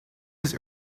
his